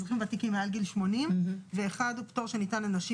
אזרחים ותיקים מעל גיל 80. ואחד פטור שניתן לנשים